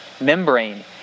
membrane